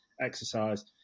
exercise